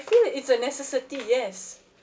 feel like it's a necessity yes